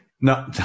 No